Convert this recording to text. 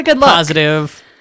positive-